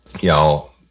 Y'all